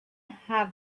have